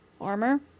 armor